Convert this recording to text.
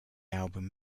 album